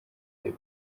the